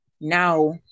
now